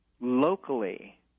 locally